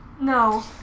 No